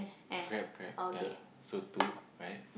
grab grab ya so two right